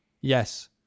Yes